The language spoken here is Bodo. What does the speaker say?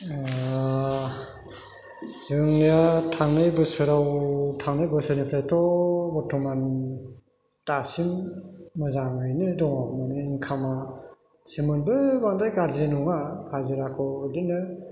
जोंनिया थांनाय बोसोराव थांनाय बोसोरनिफ्रायथ' बरथमान दासिम मोजाङैनो दङ माने इनकामा सेमोनबो बांद्राय गाज्रि नङा हाजिराखौ बेदिनो